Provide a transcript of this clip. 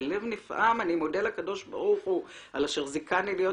בלב נפעם אני מודה לקדוש ברוך הוא אשר זיכני להיות